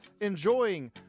enjoying